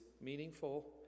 meaningful